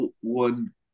one